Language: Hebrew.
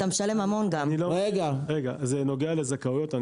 זה נוגע לזכאות?